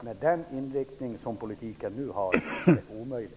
Med den inriktning som politiken nu har är detta omöjligt.